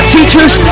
Teachers